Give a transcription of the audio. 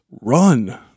Run